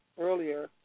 earlier